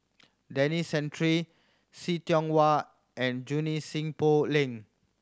Denis Santry See Tiong Wah and Junie Sng Poh Leng